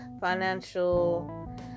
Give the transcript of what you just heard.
financial